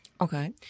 Okay